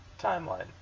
timeline